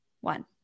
one